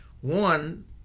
One